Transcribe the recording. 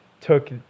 took